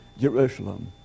Jerusalem